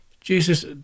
jesus